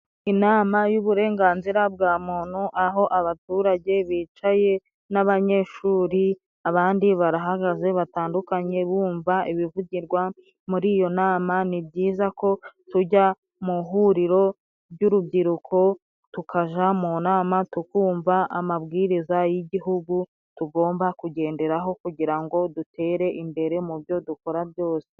Inama y'uburenganzira bwa muntu, aho abaturage bicaye n'abanyeshuri, abandi barahagaze batandukanye bumva ibivugirwa muri iyo nama. Ni byiza ko tujya mu ihuriro ry'urubyiruko, tukaja mu nama tukumva amabwiriza y'igihugu tugomba kugenderaho kugira ngo dutere imbere mu byo dukora byose.